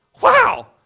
Wow